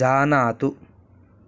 जानातु